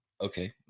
Okay